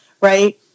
right